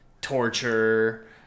torture